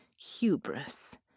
hubris